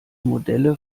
modelle